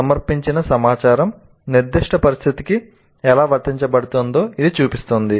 సమర్పించిన సమాచారం నిర్దిష్ట పరిస్థితికి ఎలా వర్తించబడుతుందో ఇది చూపిస్తుంది